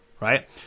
right